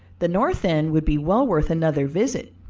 the north end would be well worth another visit,